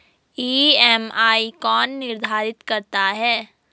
EMI कौन निर्धारित करता है?